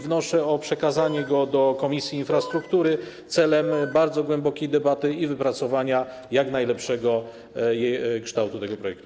Wnoszę o przekazanie go do Komisji Infrastruktury celem odbycia bardzo głębokiej debaty i wypracowania jak najlepszego kształtu tego projektu.